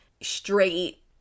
straight